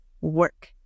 work